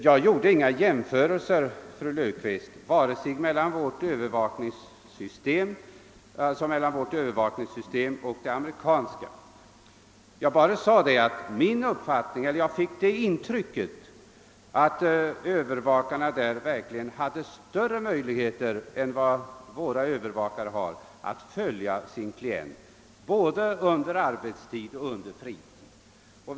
Jag gjorde inga jämförelser, fru Löfqvist, mellan vårt övervakningssystem och det amerikanska. Jag sade bara att jag fick det intrycket att övervakarna i USA verkligen har större möjligheter än våra övervakare att följa sin klient både under arbetstid och under fritid.